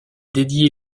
dédiée